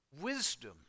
wisdom